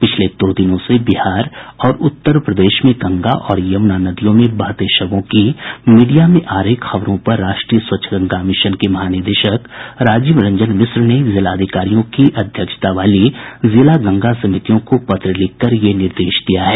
पिछले दो दिनों से बिहार और उत्तर प्रदेश में गंगा और यमुना नदियों में बहते शवों की मीडिया में आ रही खबरों पर राष्ट्रीय स्वच्छ गंगा मिशन के महानिदेशक राजीव रंजन मिश्रा ने जिला अधिकारियों की अध्यक्षता वाली जिला गंगा समितियों को पत्र लिखकर यह निर्देश दिया है